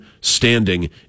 standing